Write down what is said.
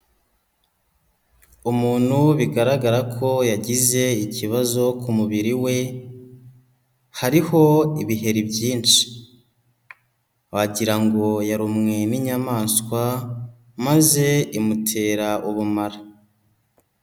Umuntu bigaragara ko yagize ikibazo ku mubiri we, hariho ibiheri byinshi, wagirango yarumwe n'inyamaswa maze imutera ubumara.